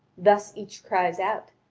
thus each cries out,